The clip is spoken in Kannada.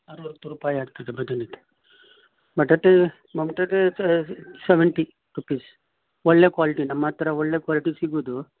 ಅರವತ್ತು ರೂಪಾಯಿ ಆಗ್ತದೆ ಬದನೇದು ಬಟಾಟೆ ಮ ಬಟಾಟೆ ಸವೆಂಟಿ ರೂಪಿಸ್ ಒಳ್ಳೆ ಕ್ವಾಲಿಟಿ ನಮ್ಮ ಹತ್ರ ಒಳ್ಳೆ ಕ್ವಾಲಿಟಿ ಸಿಗೋದು